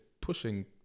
pushing